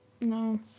No